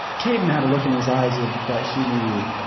kaidin had a look in his eyes of that he knew.